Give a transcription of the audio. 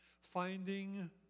finding